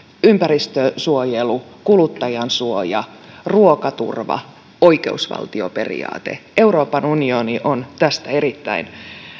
ympäristönsuojelu kuluttajansuoja ruokaturva oikeusvaltioperiaate euroopan unioni on tästä erittäin